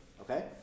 okay